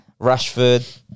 Rashford